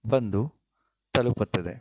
ಬಂದು ತಲುಪುತ್ತದೆ